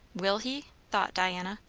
will he? thought diana.